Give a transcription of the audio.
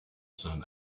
sun